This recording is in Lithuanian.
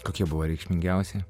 kokie buvo reikšmingiausi